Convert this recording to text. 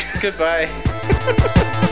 Goodbye